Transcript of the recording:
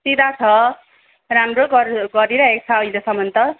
सिधा छ राम्रो गरी गरिरहेको छ अहिलेसम्म त